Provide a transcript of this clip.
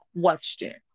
question